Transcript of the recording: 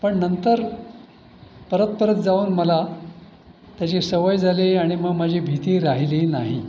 पण नंतर परत परत जाऊन मला त्याची सवय झाली आणि मग माझी भीती राहिली नाही